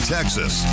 Texas